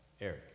Eric